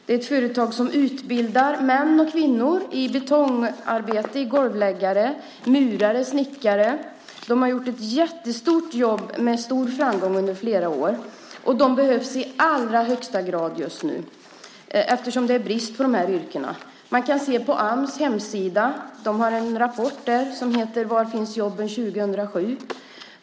Det är ett företag som utbildar män och kvinnor i betongarbete, som golvläggare, murare och snickare. De har gjort ett jättestort jobb med stor framgång under flera år. De behövs i allra högsta grad just nu, eftersom det är brist på de yrkena. Man kan se det på Ams hemsida där det har en rapport som heter Var finns jobben 2007?